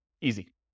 Easy